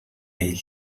ell